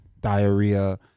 diarrhea